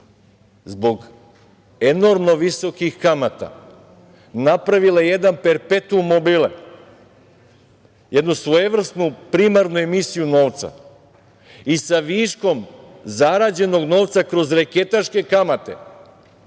zbog enormno visokih kamata napravile jedan perpetuum mobile, jednu svojevrsnu, primarnu emisiju novca i sa viškom zarađenog novca kroz reketaške kamate